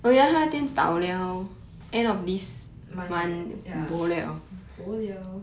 month leh bo liao